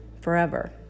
forever